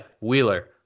Wheeler